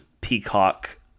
Peacock